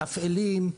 מתפעלים.